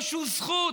או שהוא זכות?